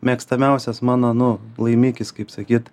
mėgstamiausias mano nu laimikis kaip sakyt